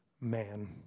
man